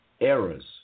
errors